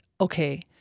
okay